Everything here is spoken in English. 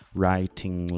writing